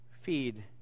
feed